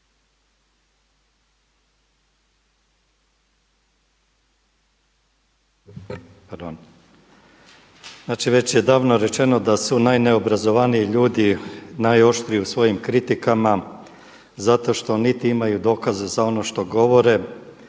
Znači, već je davno rečeno da su najneobrazovaniji ljudi najoštriji u svojim kritikama zato što niti imaju dokaza za ono što govore